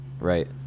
Right